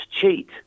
cheat